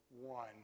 one